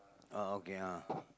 oh okay ah